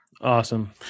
Awesome